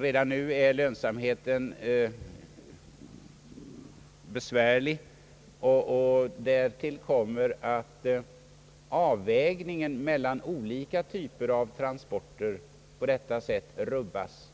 Redan nu är lönsamheten låg, och därtill kommer att avvägningen av olika typer av transporter på detta sätt rubbas.